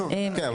כן.